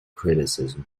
criticism